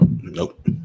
Nope